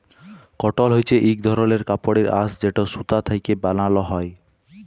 কটল হছে ইক ধরলের কাপড়ের আঁশ যেট সুতা থ্যাকে বালাল হ্যয়